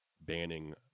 banning